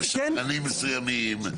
פוליטיקאים מסוימים.